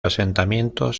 asentamientos